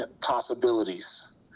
possibilities